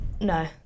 No